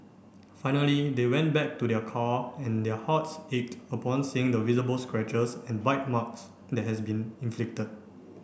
finally they went back to their car and their hearts ached upon seeing the visible scratches and bite marks that has been inflicted